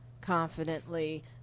confidently